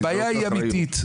הבעיה היא אמיתית.